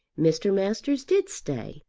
mr. masters did stay,